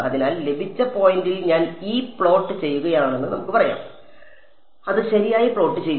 അതിനാൽ ലഭിച്ച പോയിന്റിൽ ഞാൻ E പ്ലോട്ട് ചെയ്യുകയാണെന്ന് നമുക്ക് പറയാം അത് ശരിയായി പ്ലോട്ട് ചെയ്യുക